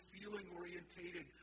feeling-orientated